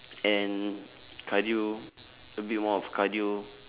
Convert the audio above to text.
and cardio a bit more of cardio